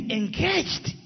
engaged